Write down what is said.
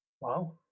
wow